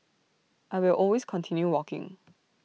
I will always continue walking